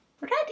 Ready